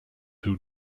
who